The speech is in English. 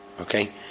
okay